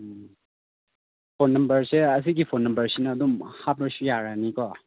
ꯎꯝ phone ꯅꯝꯕꯔꯁꯦ ꯑꯁꯤꯒꯤ phone ꯅꯝꯕꯔꯁꯤꯅ ꯑꯗꯨꯝ ꯍꯥꯞꯂꯁꯨ ꯌꯥꯔꯅꯤꯀꯣ